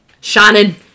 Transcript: Shannon